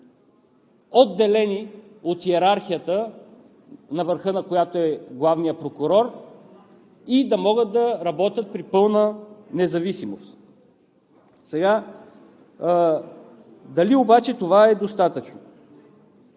отделени от йерархията, на върха на която е главният прокурор, и да могат да работят при пълна независимост. Дали обаче това е достатъчно?